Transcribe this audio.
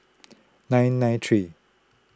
nine nine three